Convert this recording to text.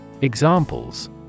Examples